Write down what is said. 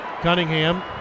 Cunningham